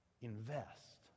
invest